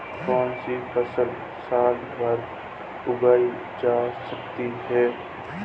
कौनसी फसल साल भर उगाई जा सकती है?